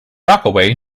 rockaway